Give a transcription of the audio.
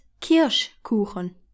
Kirschkuchen